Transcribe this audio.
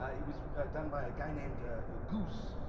ah it was done by a guy named ah goose.